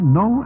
no